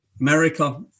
america